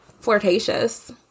flirtatious